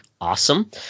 Awesome